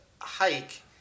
hike